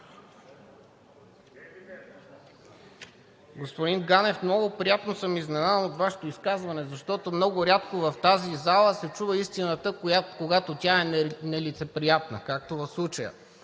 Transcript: Господин Ганев, много приятно съм изненадан от Вашето изказване, защото много рядко в тази зала се чува истината, когато тя е нелицеприятна, както в случая.